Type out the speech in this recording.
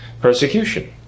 persecution